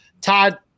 Todd